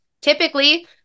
Typically